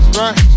right